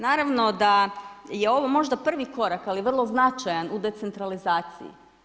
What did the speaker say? Naravno da je ovo možda prvi korak, ali vrlo značajan u decentralizaciji.